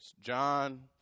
John